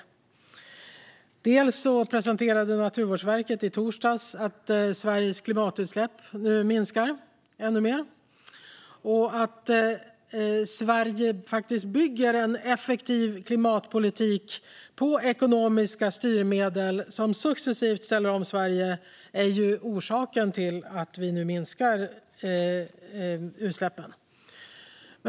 För det första presenterade Naturvårdsverket i torsdags att Sveriges klimatutsläpp nu minskar ännu mer. Att Sverige bygger en effektiv klimatpolitik på ekonomiska styrmedel som successivt ställer om Sverige är orsaken till att vi nu minskar utsläppen.